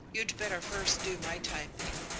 you'd better first do my typing.